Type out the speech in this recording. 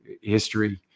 history